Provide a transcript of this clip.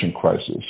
crisis